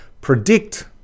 predict